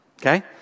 okay